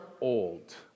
old